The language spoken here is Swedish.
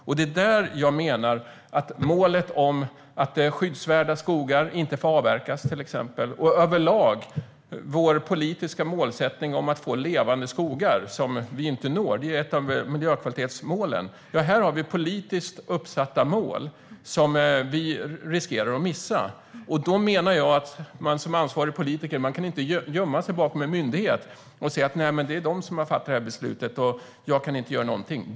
Vi riskerar att missa politiskt uppsatta mål, till exempel om att skyddsvärda skogar inte får avverkas, och vår politiska målsättning överlag om att få levande skogar. Det är ett av miljökvalitetsmålen, som vi inte når. Då menar jag att ansvarig politiker inte kan gömma sig bakom en myndighet och säga: Det är de som har fattat det här beslutet, och jag kan inte göra någonting.